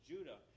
Judah